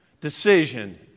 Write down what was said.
decision